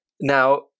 Now